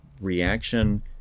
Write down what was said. reaction